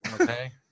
okay